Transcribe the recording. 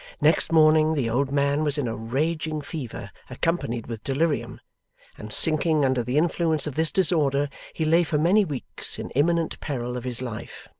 next morning, the old man was in a raging fever accompanied with delirium and sinking under the influence of this disorder he lay for many weeks in imminent peril of his life.